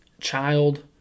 child